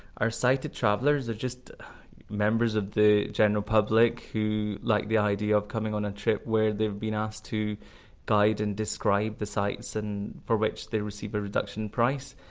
our sighted travellers are just members of the general public who like the idea of coming on a trip where they've been asked to guide and describe the sights and for which they receive a reduction in price.